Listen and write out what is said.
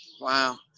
Wow